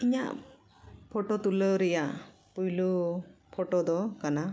ᱤᱧᱟᱹᱜ ᱯᱷᱳᱴᱳ ᱛᱩᱞᱟᱹᱣ ᱨᱮᱱᱟᱜ ᱯᱳᱭᱞᱳ ᱯᱷᱳᱴᱳ ᱫᱚ ᱠᱟᱱᱟ